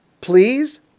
Please